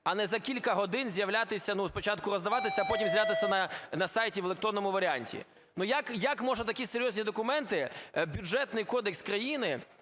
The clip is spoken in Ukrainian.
а не за кілька годин з'являтися, ну, спочатку роздаватися, а потім з'являтися на сайті в електронному варіанті. Ну, як можна такі серйозні документи, Бюджетний кодекс країни,